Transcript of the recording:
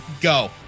go